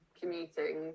commuting